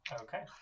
Okay